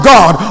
God